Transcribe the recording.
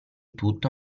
tutto